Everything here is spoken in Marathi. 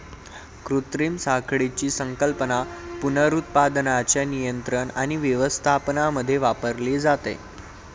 कृत्रिम साखळीची संकल्पना पुनरुत्पादनाच्या नियंत्रण आणि व्यवस्थापनामध्ये वापरली जाते